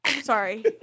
Sorry